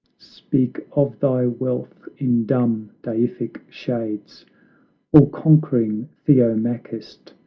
speak of thy wealth in dumb deific shades all-conquering theomachist,